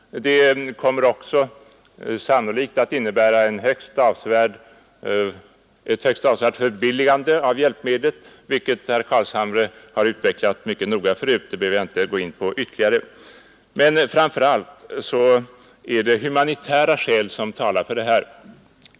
Det kommer sannolikt också att medföra ett högst avsevärt förbilligande av hjälpmedlet, vilket herr Carlshamre har utvecklat mycket noga förut. Det behöver jag inte gå in på ytterligare. Men framför allt är det humanitära skäl som talar för det här.